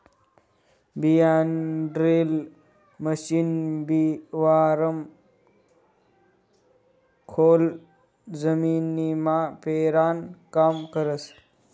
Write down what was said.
बियाणंड्रील मशीन बिवारं खोल जमीनमा पेरानं काम करस